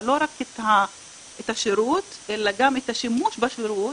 לא רק את השירות אלא גם את השימוש בשירות